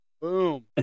Boom